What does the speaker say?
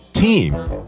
team